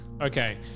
Okay